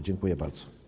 Dziękuję bardzo.